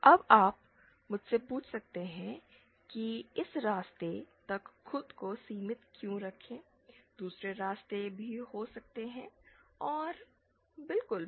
अब आप मुझसे पूछ सकते हैं कि इस रास्ते तक खुद को सीमित क्यों रखें दूसरे रास्ते भी हो सकते हैं और बिल्कुल भी